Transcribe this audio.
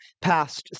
passed